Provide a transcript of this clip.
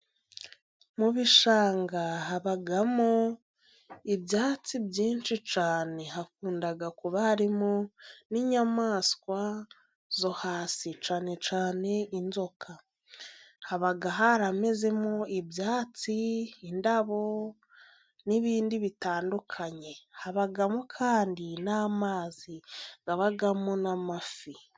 Mu bishanga habamo ibyatsi byinshi cyane. Hakunda kuba harimo n'inyamaswa zo hasi cyane cyane inzoka. Haba haramezemo ibyatsi, indabo, n'ibindi bitandukanye, Habamo kandi n'amazi abamo n'amafi.